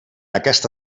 aquesta